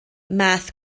math